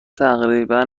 تقریبا